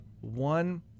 one